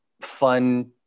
fun